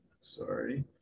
sorry